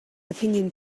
opinion